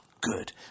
good